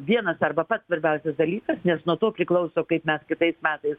vienas arba pats svarbiausias dalykas nes nuo to priklauso kaip mes kitais metais